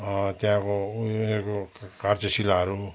त्यहाँको उहिलेको कार्यशालाहरू